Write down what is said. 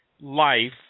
life